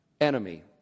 enemy